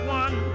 one